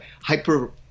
hyper